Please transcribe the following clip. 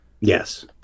Yes